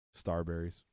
Starberries